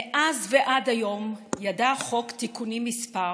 מאז ועד היום ידע החוק תיקונים מספר,